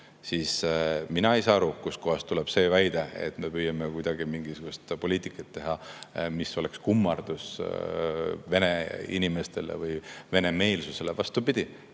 isik. Mina ei saa aru, kust kohast tuleb see väide, nagu me püüaksime kuidagi teha mingisugust poliitikat, mis oleks kummardus vene inimestele või venemeelsusele. Vastupidi,